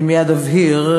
אני מייד אבהיר.